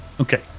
Okay